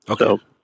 Okay